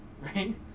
right